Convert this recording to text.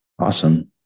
Awesome